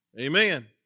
Amen